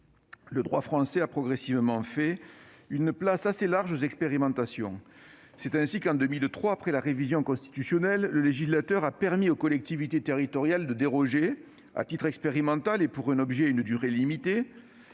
Le droit français a progressivement fait une place assez large aux expérimentations. C'est ainsi qu'en 2003, après la révision constitutionnelle, le législateur a permis aux collectivités territoriales de déroger, à titre expérimental et pour un objet et une durée limités-